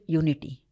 unity